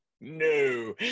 no